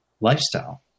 lifestyle